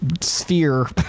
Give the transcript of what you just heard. sphere